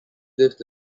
lived